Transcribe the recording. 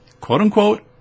quote-unquote